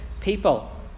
people